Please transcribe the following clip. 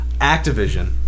Activision